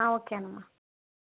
ఓకేనమ్మా